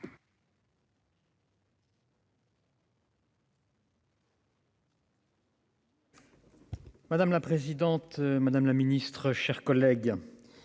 Madame la présidente, madame la ministre, mes chers collègues,